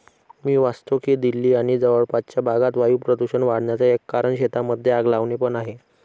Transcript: मी वाचतो की दिल्ली आणि जवळपासच्या भागात वायू प्रदूषण वाढन्याचा एक कारण शेतांमध्ये आग लावणे पण आहे